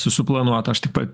su suplanuota aš tik pa